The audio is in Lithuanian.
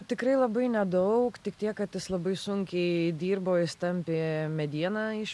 tikrai labai nedaug tik tiek kad jis labai sunkiai dirbo jis tampė medieną iš